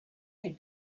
had